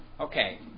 Okay